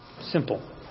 Simple